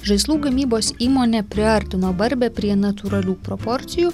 žaislų gamybos įmonė priartino barbę prie natūralių proporcijų